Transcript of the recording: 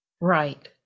Right